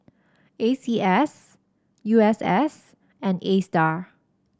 A C S U S S and Astar